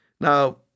Now